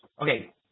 okay